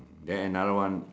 then another one